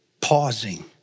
pausing